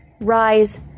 Rise